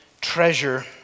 treasure